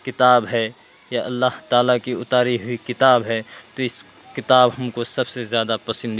کتاب ہے یہ اللہ تعالیٰ کی اتاری ہوئی کتاب ہے تو اس کتاب ہم کو سب سے زیادہ پسند